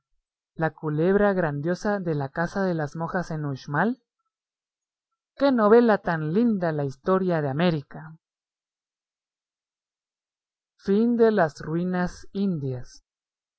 la culebra grandiosa de la casa de las monjas en uxmal qué novela tan linda la historia de américa